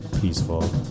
peaceful